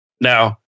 Now